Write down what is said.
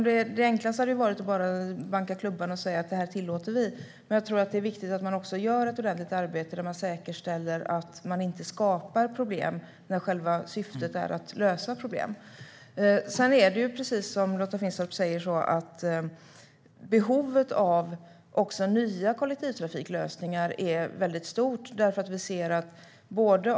Det enklaste hade varit att bara banka klubban och säga: Det här tillåter vi! Men jag tror att det är viktigt att man gör ett ordentligt arbete där man säkerställer att man inte skapar problem när själva syftet är att lösa problem. Som Lotta Finstorp säger är behovet av nya kollektivtrafiklösningar väldigt stort.